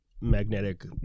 magnetic